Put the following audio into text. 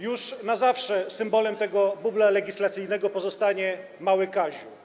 Już na zawsze symbolem tego bubla legislacyjnego pozostanie mały Kazio.